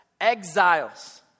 exiles